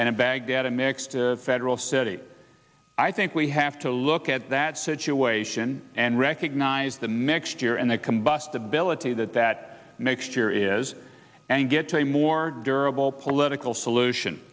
and in baghdad a mixed federal city i think we have to look at that situation and recognize the mixture and the combustibility that that mixture is and get to a more durable political solution